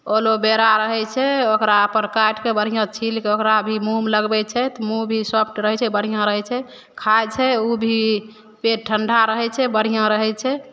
एलोबेरा रहय छै ओकरा अपन काटिके बढ़िआँ छील के ओकरा भी मुँहमे लगबय छै तऽ मुँह भी सॉफ्ट रहय छै बढ़िआँ रहय छै खाइ छै उ भी पेट ठण्डा रहय छै बढ़िआँ रहय छै